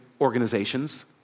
organizations